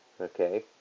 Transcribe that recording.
okay